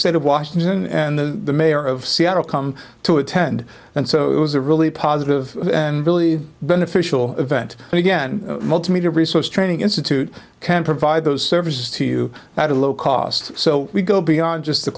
state of washington and the mayor of seattle come to attend and so it was a really positive and really beneficial event and again multimedia resource training institute can provide those services to you at a low cost so we go beyond just the